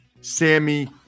Sammy